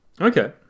Okay